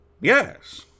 Yes